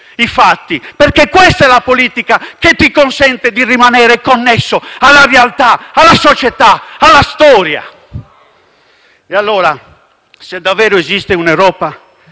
i fatti, perché questa è la politica che ti consente di rimanere connesso alla realtà, alla società e alla storia. Se davvero esiste un'Europa